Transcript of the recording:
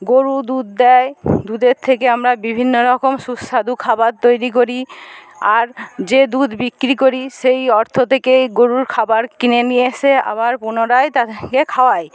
গরু দুধ দেয় দুধের থেকে আমরা বিভিন্নরকম সুস্বাদু খাবার তৈরি করি আর যে দুধ বিক্রি করি সেই অর্থ থেকেই গরুর খাবার কিনে নিয়ে এসে আবার পুনরায় তাদেরকে খাওয়াই